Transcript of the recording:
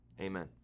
Amen